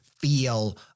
feel